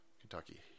Kentucky